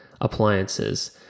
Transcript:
appliances